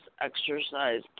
exercise